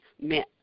meant